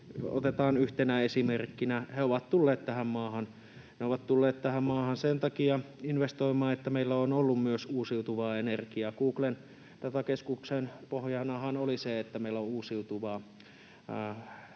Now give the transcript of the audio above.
tullut tähän maahan. Ne ovat tulleet tähän maahan investoimaan sen takia, että meillä on ollut myös uusiutuvaa energiaa. Googlen datakeskuksen pohjanahan oli se, että meillä on uusiutuvaa